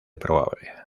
probable